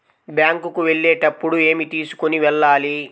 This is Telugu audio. బ్యాంకు కు వెళ్ళేటప్పుడు ఏమి తీసుకొని వెళ్ళాలి?